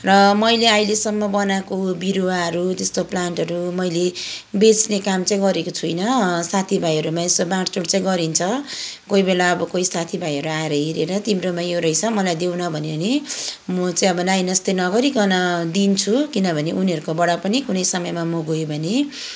र मैले अहिलेसम्म बनाएको बिरुवाहरू त्यस्तो प्लान्टहरू मैले बेच्ने काम चाहिँ गरेको छुइनँ साथी भाइहरूमा यसो बाँडचुँड चाहिँ गरिन्छ कोही बेला अब कोही साथी भाइहरू आएर हेरेर तिम्रोमा यो रहेछ मलाई देऊ न भन्यो भने म चाहिँ अब नाइनास्ती नगरीकन दिन्छु किनभने उनीहरूकोबाट पनि कुनै समयमा म गएँ भने